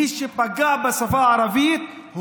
מי שפגע בשפה הערבית,